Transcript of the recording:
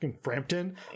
Frampton